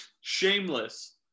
Shameless